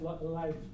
life